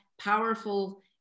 powerful